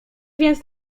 więc